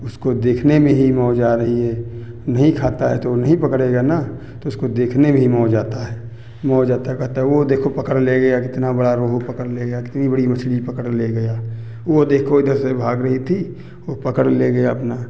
उसको देखने में ही मौज़ आ रही है नहीं खाता है तो वो नहीं पकड़ेगा ना तो उसको देखने में ही मौज़ आता है मौज़ आता है कहता है वो देखो पकड़ ले गया कितना बड़ा रोहू पकड़ ले गया कितनी बड़ी मछली पकड़ ले गया वो देखो इधर से भाग रही थी वो पकड़ ले गया अपना